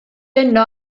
yno